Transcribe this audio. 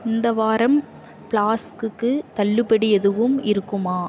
இந்த வாரம் ப்ளாஸ்க்குக்கு தள்ளுபடி எதுவும் இருக்குமா